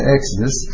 Exodus